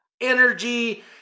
energy